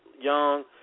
young